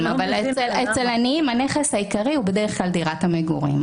אבל אצל עניים הנכס העיקרי הוא בדרך כלל דירת המגורים,